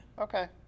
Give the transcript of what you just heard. Okay